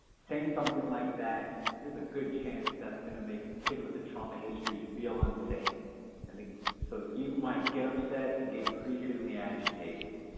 saying something like that there's a good chance that's gonna make a kid with a trauma history feel unsafe and so youth might get upset and get increasingly agitated